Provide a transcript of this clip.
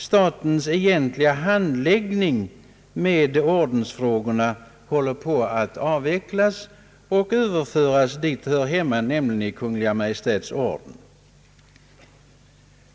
Statens handläggning av ordensfrågorna håller nu på att avvecklas för att överföras dit den hör hemma, nämligen till Kungl. Maj:ts Orden.